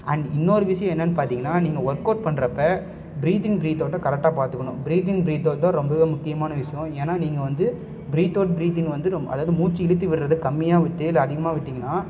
and இன்னொரு விஷயம் என்னென்னு பார்த்திங்கன்னா நீங்கள் ஒர்க் அவுட் பண்றப்போ ப்ரீத்திங்கை ப்ரீத் அவுட்டை கரெக்டாக பார்த்துக்கணும் ப்ரீத்திங் ப்ரீத் அவுட் தான் ரொம்பவே முக்கியமான விஷயம் ஏன்னா நீங்கள் வந்து ப்ரீத் அவுட் ப்ரீத்திங்கை வந்து ரொம் அதாவது மூச்சு இழுத்து விட்றதை கம்மியாக விட்டு இல்லை அதிகமாக விட்டிங்கன்னா